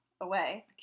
away